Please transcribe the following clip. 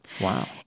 Wow